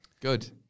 Good